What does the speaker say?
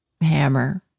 hammer